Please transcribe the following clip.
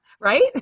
right